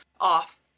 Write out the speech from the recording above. off